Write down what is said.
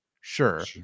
sure